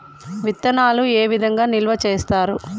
విత్తనాలు ఏ విధంగా నిల్వ చేస్తారు?